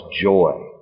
joy